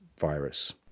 virus